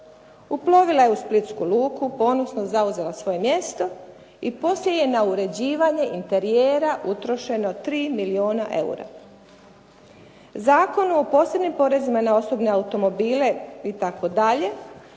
Uplovila je u splitsku luku, ponosno zauzela svoje mjesto i poslije je na uređivanje interijera utrošeno 3 milijuna eura.". Zakonom o posebnim porezima na osobne automobile itd.